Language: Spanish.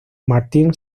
martín